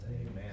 Amen